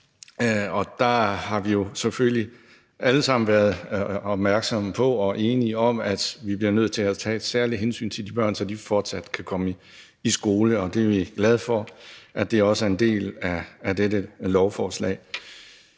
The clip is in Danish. Der har vi selvfølgelig alle sammen været opmærksomme på og er enige om, at vi bliver nødt til at tage et særligt hensyn til de børn, så de fortsat kan komme i skole. Det er vi glade for også er en del af dette lovforslag.